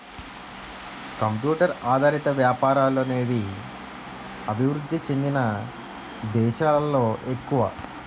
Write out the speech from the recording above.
computer ఆధారిత వ్యాపారాలు అనేవి అభివృద్ధి చెందిన దేశాలలో ఎక్కువ